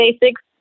Basics